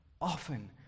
often